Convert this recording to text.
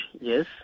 yes